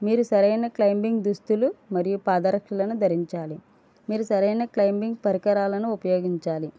మీరు సరైన క్లైబింగ్ దుస్తులు మరియు పాదరక్షలను ధరించాలి మీరు సరైన క్లైబింగ్ పరికరాలను ఉపయోగించాలి